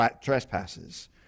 trespasses